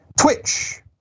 Twitch